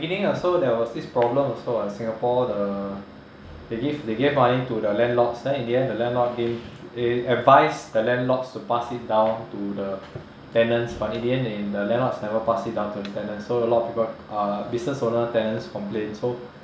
beginning also there was this problem also [what] singapore the they give they gave money to the landlords then in the end the landlord didn't uh advice the landlords to pass it down to the tenants but in the end they the landlords never pass it down to the tenants so a lot of people uh business owner tenants complain so